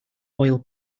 oil